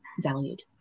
valued